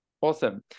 Awesome